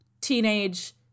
teenage